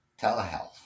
Telehealth